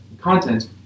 content